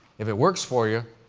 if it works for you,